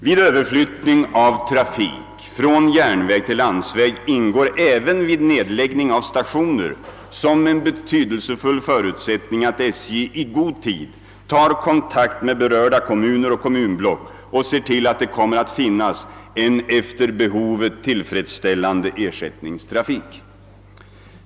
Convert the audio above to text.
väg till landsväg ingår även vid nedläggning av stationer som en betydelsefull förutsättning att SJ i god tid tar kontakt med berörda kommuner och kommunblock och ser till att det kommer att finnas en efter behovet tillfredsställande ersättningstrafik.